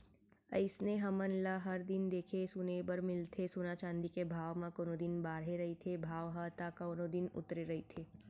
अइसने हमन ल हर दिन देखे सुने बर मिलथे सोना चाँदी के भाव म कोनो दिन बाड़हे रहिथे भाव ह ता कोनो दिन उतरे रहिथे